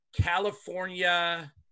California